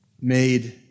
made